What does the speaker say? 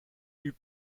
eût